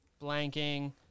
Blanking